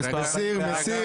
הצבעה בעד, 4 נגד, 9 נמנעים,